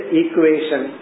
equation